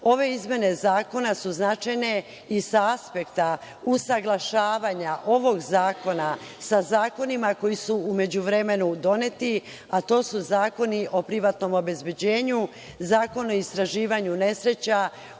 izmene zakona su značajne i sa aspekta usaglašavanja ovog zakona sa zakonima koji su u međuvremenu doneti, a to su Zakon o privatnom obezbeđenju, Zakon o istraživanju nesreća